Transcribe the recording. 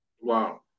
Wow